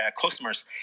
customers